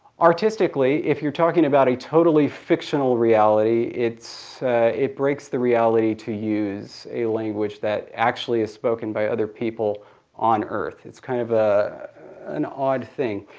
artistically if you're talking about a totally fictional reality it breaks the reality to use a language that actually is spoken by other people on earth. it's kind of ah an odd thing.